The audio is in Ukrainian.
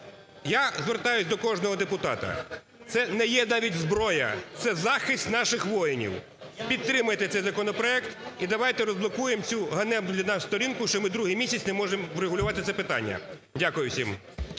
Я звертаюсь до кожного депутата, це не є навіть зброя, це захист наших воїнів. Підтримайте цей законопроект, і давайте розблокуємо цю ганебну для нас сторінку, що ми другий місяць не може врегулювати це питання. Дякую всім.